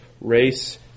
race